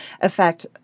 affect